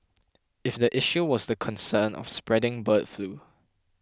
if the issue was the concern of spreading bird flu